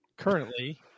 currently